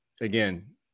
again